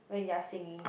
when you are singing